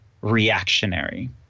reactionary